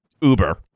Uber